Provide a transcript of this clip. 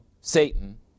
Satan